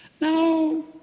No